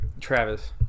Travis